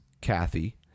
Kathy